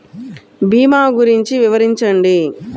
భీమా గురించి వివరించండి?